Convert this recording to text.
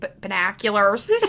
Binoculars